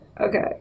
Okay